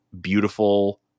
beautiful